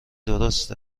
درست